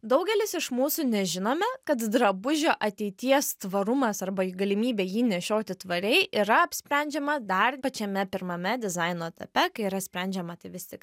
daugelis iš mūsų nežinome kad drabužio ateities tvarumas arba galimybė jį nešioti tvariai yra apsprendžiama dar pačiame pirmame dizaino etape kai yra sprendžiama tai vis tik